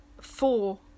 four